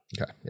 Okay